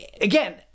again